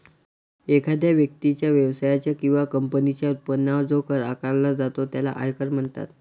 एखाद्या व्यक्तीच्या, व्यवसायाच्या किंवा कंपनीच्या उत्पन्नावर जो कर आकारला जातो त्याला आयकर म्हणतात